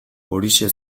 horixe